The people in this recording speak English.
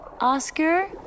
Oscar